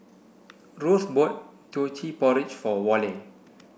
Rose bought Teochew Porridge for Worley